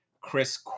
Chris